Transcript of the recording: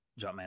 Jumpman